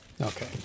Okay